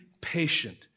patient